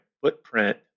footprint